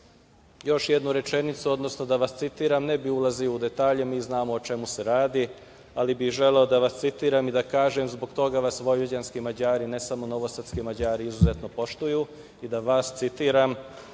još jednu rečenicu, odnosno da vas citiram, ne bih ulazio u detalje, mi znamo o čemu se radi, ali bih želeo da vas citiram i da vam kažem, zbog toga vas vojvođanski Mađari, ne samo novosadski Mađari, izuzetno poštuju i da vas citiram